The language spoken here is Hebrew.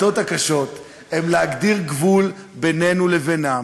ההחלטות הקשות הן להגדיר גבול בינינו לבינם,